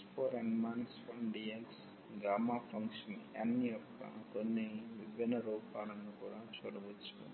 1dx gamma function n యొక్క కొన్ని విభిన్న రూపాలను కూడా చూడవచ్చు